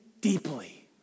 deeply